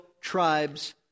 tribes